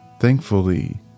Thankfully